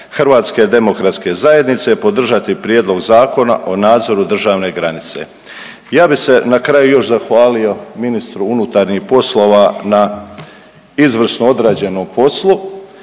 zastupnika HDZ-a podržati prijedlog Zakona o nadzoru državne granice. Ja bi se na kraju još zahvalio ministru unutarnjih poslova na izvrsno odrađenom poslu.